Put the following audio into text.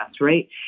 right